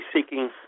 seeking